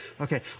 Okay